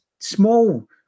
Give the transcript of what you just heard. Small